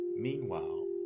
Meanwhile